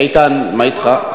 איתן, מה אתך?